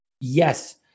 yes